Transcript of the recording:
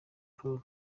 paul